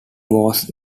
was